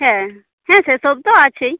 হ্যাঁ হ্যাঁ সে সব তো আছেই